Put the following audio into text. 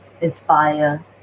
inspire